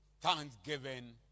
Thanksgiving